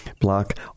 block